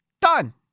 Done